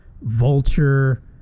vulture